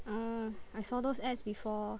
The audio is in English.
ah I saw those ads before